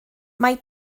mae